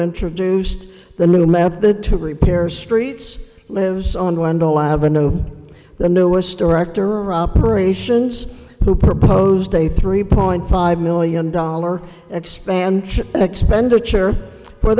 introduced the new method to repair streets lives on wendell avenue the newest store actor operations who proposed a three point five million dollar expansion expenditure for